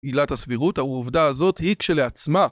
עילת הסבירות, העובדה הזאת היא כשלעצמה